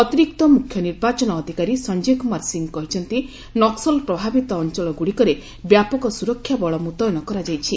ଅତିରିକ୍ତ ମୁଖ୍ୟ ନିର୍ବାଚନ ଅଧିକାରୀ ସଞ୍ଜୟ କୁମାର ସିଂହ କହିଛନ୍ତି ନକ୍କଲ ପ୍ରଭାବିତ ଅଞ୍ଚଳଗୁଡ଼ିକରେ ବ୍ୟାପକ ସୁରକ୍ଷା ବଳ ମୁତ୍ୟନ କରାଯାଇଛି